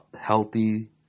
healthy